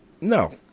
No